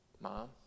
Mom